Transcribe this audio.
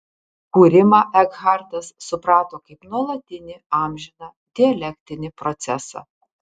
kūrimą ekhartas suprato kaip nuolatinį amžiną dialektinį procesą